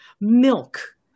milk